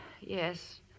yes